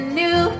new